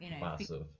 Massive